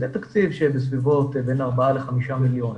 התקציב לזה הוא בין 4 ל-5 מיליון.